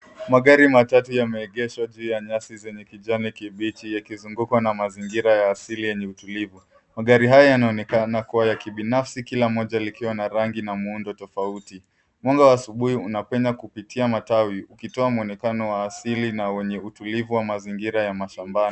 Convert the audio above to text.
Magari matatu yamegeshwa juu ya nyasi zenye kijani kibichi yakizungukwa na mazingira ya asili yenye utulivu. Magari haya yanaonekana kuwa ya kibinafsi kila moja likiwa na rangi na muundo tofauti. Mwanga wa asubuhi unapenya kupitia matawi ukitoa mwonekano wa asili na wenye utulivu wa mazingira ya mashambani.